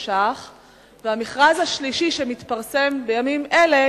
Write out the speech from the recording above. שקל והמכרז השלישי שמתפרסם בימים אלה,